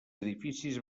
edificis